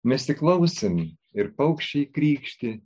mes tik klausėm ir paukščiai krykštė